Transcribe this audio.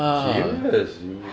serious 有